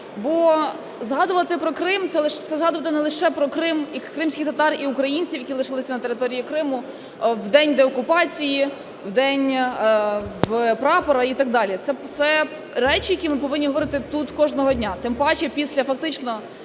Бо згадувати про Крим – це згадувати не лише про Крим і кримських татар, і українців, які лишилися на території Криму, в день деокупації, в День прапора і так далі. Це речі, які ми повинні говорити тут кожного дня, тим паче після фактично